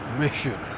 mission